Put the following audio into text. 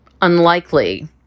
unlikely